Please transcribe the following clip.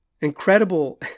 Incredible